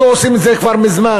היו עושים את זה כבר מזמן.